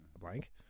blank